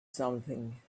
something